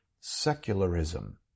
secularism